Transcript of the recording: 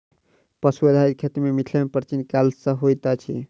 पशु आधारित खेती मिथिला मे प्राचीन काल सॅ होइत अछि